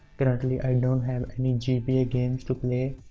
currently i don't have any gba games to play